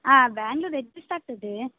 ಆಂ Bengaluru adjust ಆಗ್ತದೆ